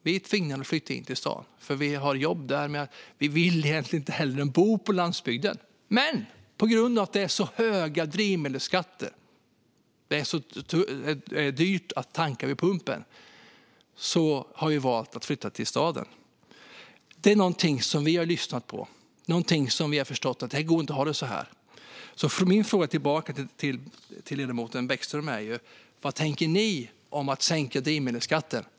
Vi är tvingade att flytta in till staden, för vi har jobb där. Vi vill egentligen inget hellre än att bo på landsbygden, men på grund av att det är så höga drivmedelsskatter och så dyrt att tanka vid pumpen har vi valt att flytta till staden. Det är någonting som vi har lyssnat på. Vi har förstått att det inte går att ha det så här. Min fråga till ledamoten Bäckström är: Vad tänker ni om att sänka drivmedelsskatten?